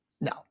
No